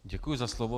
Děkuji za slovo.